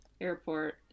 airport